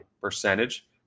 percentage